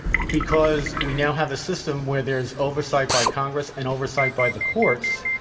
because we now have a system where there is oversight by congress and oversight by the courts,